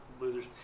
losers